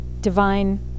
divine